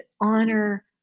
honor